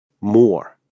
more